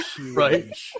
right